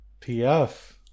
pf